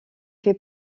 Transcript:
fait